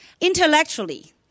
Intellectually